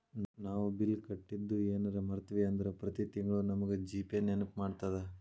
ನಾವು ಬಿಲ್ ಕಟ್ಟಿದ್ದು ಯೆನರ ಮರ್ತ್ವಿ ಅಂದ್ರ ಪ್ರತಿ ತಿಂಗ್ಳು ನಮಗ ಜಿ.ಪೇ ನೆನ್ಪ್ಮಾಡ್ತದ